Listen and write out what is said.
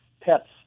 pets